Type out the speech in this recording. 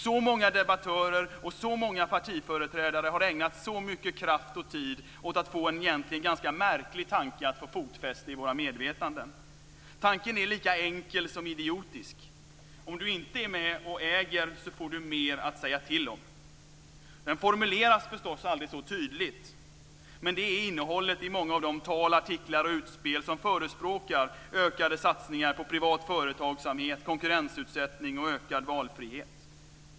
Så många debattörer och så många partiföreträdare har ägnat så mycket kraft och tid åt att få en egentligen ganska märklig tanke att få fotfäste i våra medvetanden. Tanken är lika enkel som idiotisk: Om du inte är med och äger får du mer att säga till om. Den formuleras förstås aldrig så tydligt, men det är innehållet i många av de tal, artiklar och utspel som förespråkar ökade satsningar på privat företagsamhet, konkurrensutsättning och ökad valfrihet.